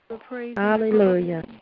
Hallelujah